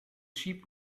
sheep